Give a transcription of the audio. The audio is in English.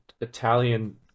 Italian